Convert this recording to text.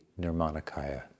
nirmanakaya